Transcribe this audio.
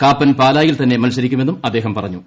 കാപ്പൻ പാലായിൽ തന്നെ മത്സരിക്കുമെന്നും അദ്ദേഹം പറഞ്ഞു